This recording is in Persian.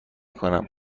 کنم